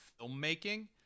filmmaking